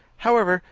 however,